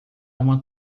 uma